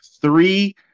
Three